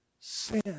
sin